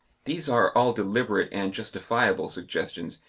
these are all deliberate and justifiable suggestions,